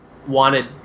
wanted